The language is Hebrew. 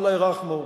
אללה ירחמו,